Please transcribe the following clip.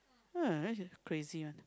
uh crazy one